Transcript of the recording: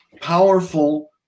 powerful